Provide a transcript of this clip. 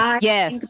Yes